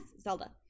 Zelda